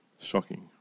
shocking